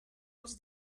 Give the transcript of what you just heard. els